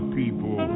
people